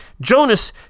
Jonas